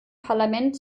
parlament